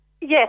Yes